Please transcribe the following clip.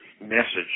message